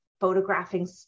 photographing